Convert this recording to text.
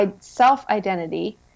self-identity